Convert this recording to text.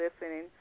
listening